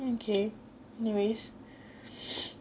mm okay anyways